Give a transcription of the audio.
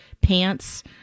pants